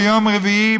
ביום רביעי,